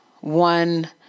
one